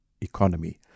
economy